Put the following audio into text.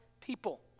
people